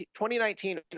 2019